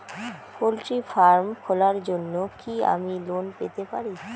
Poultry farm খোলার জন্য কি আমি লোন পেতে পারি?